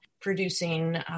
producing